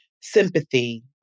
sympathy